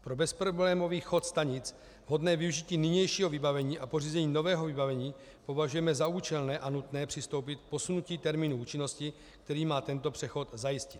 Pro bezproblémový chod stanic, vhodné využití nynějšího vybavení a pořízení nového vybavení považujeme za účelné a nutné přistoupit k posunutí termínu účinnosti, který má tento přechod zajistit.